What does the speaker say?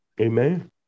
Amen